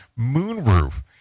moonroof